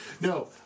No